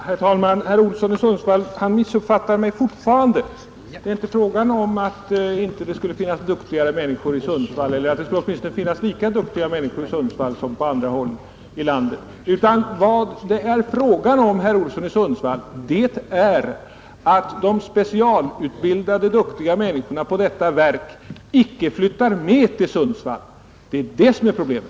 Herr talman! Herr Olsson i Sundsvall missuppfattar mig fortfarande. Det är inte fråga om att det inte skulle finnas lika duktiga människor i Sundsvall som på andra håll i landet. Vad det är fråga om, herr Olsson i Sundsvall, är att de specialutbildade duktiga människorna på personalpensionsverket icke flyttar med till Sundsvall. Det är det som är problemet.